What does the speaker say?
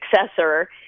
successor